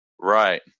Right